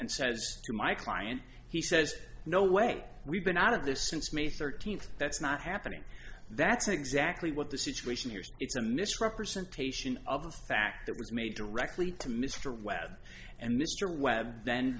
and says to my client he says no way we've been out of this since may thirteenth that's not happening that's exactly what the situation here is it's a misrepresentation of the fact that was made directly to mr webb and mr webb then